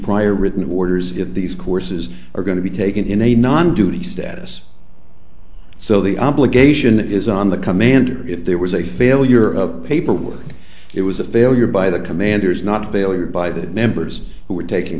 prior written orders if these courses are going to be taken in a non duty status so the obligation is on the commanders if there was a failure of paperwork it was a failure by the commanders not a failure by that members who were taking